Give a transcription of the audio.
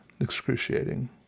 excruciating